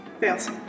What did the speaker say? fails